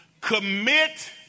Commit